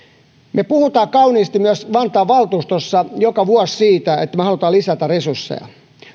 me puhumme kauniisti myös vantaan valtuustossa joka vuosi siitä että me haluamme lisätä resursseja